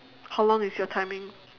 how long is your timing